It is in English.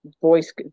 voice